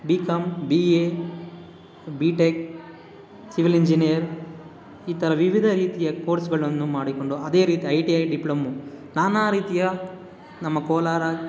B com B A B tech civil engineer ಈ ಥರ ವಿವಿಧ ರೀತಿಯ ಕೋರ್ಸ್ಗಳನ್ನು ಮಾಡಿಕೊಂಡು ಅದೇ ರೀತಿ ಐ ಟಿ ಐ ಡಿಪ್ಲೊಮೋ ನಾನಾ ರೀತಿಯ ನಮ್ಮ ಕೋಲಾರ